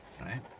right